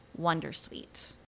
wondersuite